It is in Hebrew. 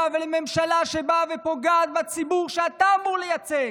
ולממשלה שבאה ופוגעת בציבור שאתה אמור לייצג?